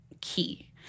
key